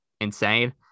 insane